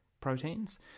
proteins